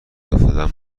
افتادم